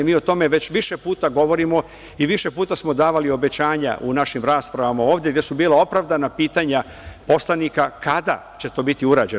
Mi o tome već više puta govorimo i više puta smo davali obećanja u našim raspravama ovde, gde su bila opravdana pitanja poslanika, kada će to biti urađeno?